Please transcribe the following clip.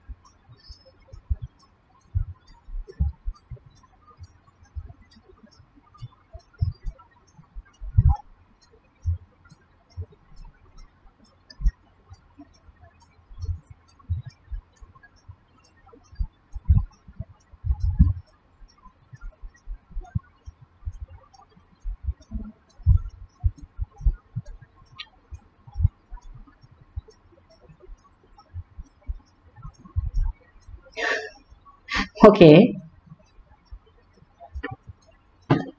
okay